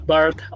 Bart